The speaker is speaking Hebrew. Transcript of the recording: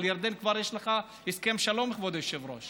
אבל עם ירדן כבר יש לך הסכם שלום, כבוד היושב-ראש.